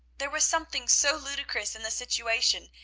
there was something so ludicrous in the situation,